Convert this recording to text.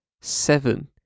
seven